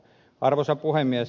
arvoisa puhemies